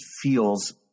feels